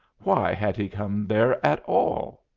why had he come there at all?